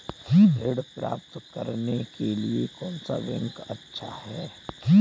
ऋण प्राप्त करने के लिए कौन सा बैंक अच्छा है?